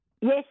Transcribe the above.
Yes